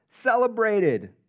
Celebrated